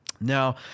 Now